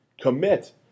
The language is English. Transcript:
Commit